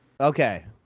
Okay